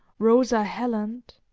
rosa heland,